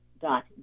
dot